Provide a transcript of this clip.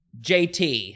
jt